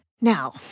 Now